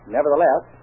Nevertheless